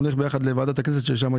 אנחנו נלך יחד לוועדת הכנסת ושם היא